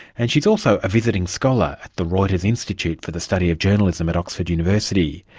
and she's also a visiting scholar at the reuters institute for the study of journalism at oxford university.